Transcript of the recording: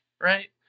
right